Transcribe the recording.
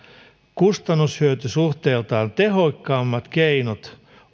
kustannus hyöty suhteeltaan tehokkaimmat keinot